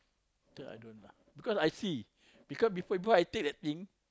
I don't lah because I see because before I take that thing